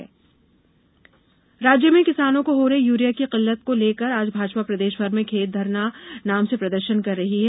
भाजपा प्रदर्शन राज्य में किसानों को हो रही यूरिया की किल्लत को लेकर आज भाजपा प्रदेशभर में खेत धरना नाम से प्रदर्षन कर रही है